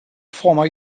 former